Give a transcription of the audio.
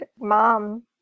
mom